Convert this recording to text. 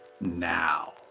now